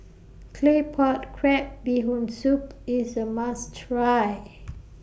Claypot Crab Bee Hoon Soup IS A must Try